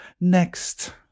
Next